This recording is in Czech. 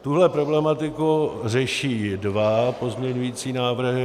Tuhle problematiku řeší dva pozměňující návrhy.